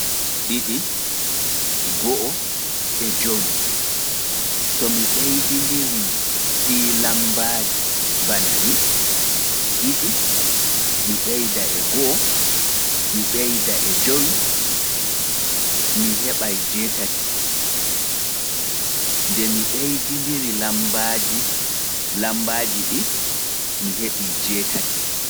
ɗiɗi(two), go'o (one) e jowi (five). to mi ɓeidindiri(+) ɗi lambaaji mi heɓai; two + one + five eight (jewetati). nde mi ɓeidindiri lambaaji ɗin mi heɓi jetati.